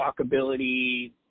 walkability